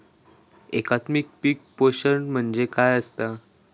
एकात्मिक पीक पोषण म्हणजे काय असतां?